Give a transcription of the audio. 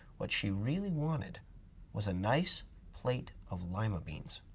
what she really wanted was nice plate of lima beans,